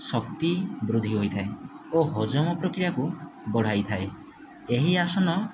ଶକ୍ତି ବୃଦ୍ଧି ହୋଇଥାଏ ଓ ହଜମ ପ୍ରକ୍ରିୟାକୁ ବଢ଼ାଇଥାଏ ଏହି ଆସନ